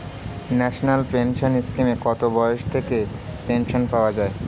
National pension স্কিমে কত বয়স থেকে পেনশন পাওয়া যায়?